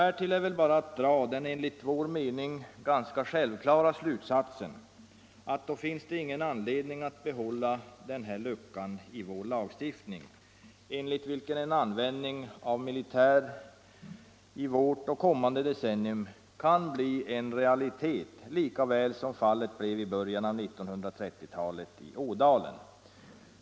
Härtill är det bara att dra den enligt vår mening självklara slutsatsen att det inte finns någon anledning att behålla den lucka i vår lagstiftning enligt vilken en användning av militär i vårt och kommande decennier kan bli en realitet — som fallet blev i början av 1930-talet i Ådalen.